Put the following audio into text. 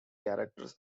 characters